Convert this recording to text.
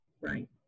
Right